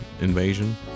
invasion